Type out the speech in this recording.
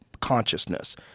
consciousness